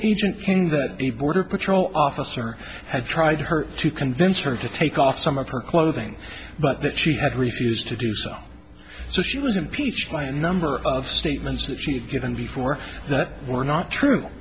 agent cain that the border patrol officer had tried her to convince her to take off some of her clothing but that she had refused to do so so she was impeached by a number of statements that she had given before that were not true